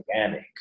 organic